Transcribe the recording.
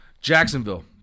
Jacksonville